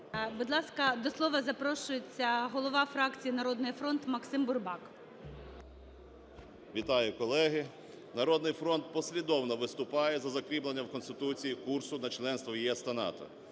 Будь ласка, до слова запрошується голова фракції "Народний фронт" МаксимБурбак. 10:34:26 БУРБАК М.Ю. Вітаю, колеги! "Народний фронт" послідовно виступає за закріплення в Конституції курсу на членство в ЄС та НАТО.